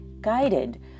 guided